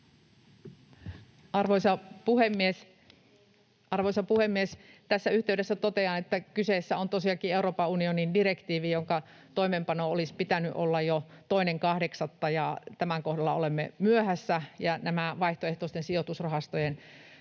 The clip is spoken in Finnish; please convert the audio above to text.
Arvoisa puhemies! Tässä yhteydessä totean, että kyseessä on tosiaankin Euroopan unionin direktiivi, jonka toimeenpanon olisi pitänyt olla jo 2.8., ja tämän kohdalla olemme myöhässä. Nämä vaihtoehtoisten sijoitusrahastojen